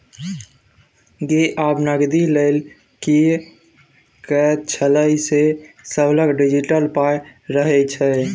गै आब नगदी लए कए के चलै छै सभलग डिजिटले पाइ रहय छै